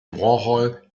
warhol